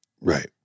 Right